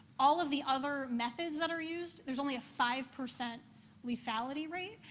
all of the other methods that are used there's only a five percent lethality rate.